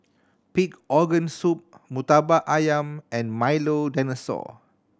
pig organ soup Murtabak Ayam and Milo Dinosaur